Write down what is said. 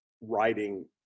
writing